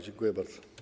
Dziękuję bardzo.